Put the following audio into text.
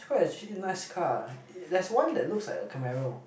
quite actually nice car there's one that looks like a Camarro